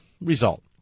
result